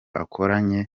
akoranya